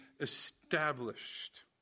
established